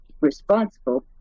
responsible